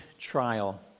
trial